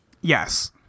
Yes